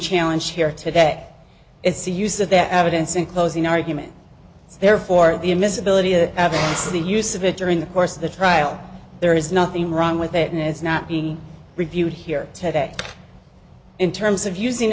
challenge here today it's the use of that evidence in closing argument therefore the admissibility of evidence of the use of it during the course of the trial there is nothing wrong with it and it's not being reviewed here today in terms of using